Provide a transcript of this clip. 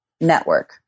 network